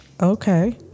Okay